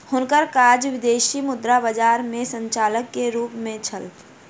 हुनकर काज विदेशी मुद्रा बजार में संचालक के रूप में छल